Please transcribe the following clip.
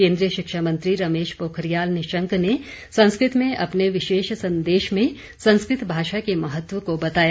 केन्द्रीय शिक्षा मंत्री रमेश पोखरियाल निशंक ने संस्कृ त में अपने विशेष संदेश में संस्कृत भाषा के महत्व को बताया